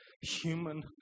human